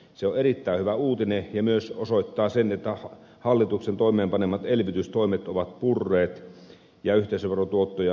se on erittäin hyvä uutinen ja myös osoittaa sen että hallituksen toimeenpanemat elvytystoimet ovat purreet ja yhteisöverotuottoja on tullut lisää